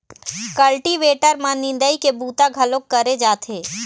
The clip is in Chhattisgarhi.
कल्टीवेटर म निंदई के बूता घलोक करे जाथे